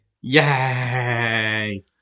Yay